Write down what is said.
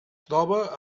troba